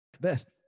Best